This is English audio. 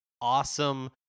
awesome